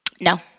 No